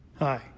Hi